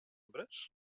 membres